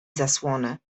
zasłony